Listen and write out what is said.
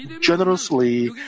generously